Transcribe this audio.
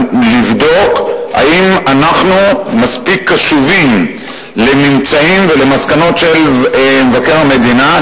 לבדוק האם אנחנו מספיק קשובים לממצאים ולמסקנות של מבקר המדינה.